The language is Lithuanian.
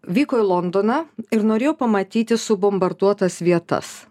vyko į londoną ir norėjo pamatyti subombarduotas vietas